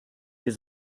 sie